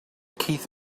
keith